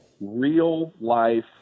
real-life